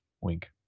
Wink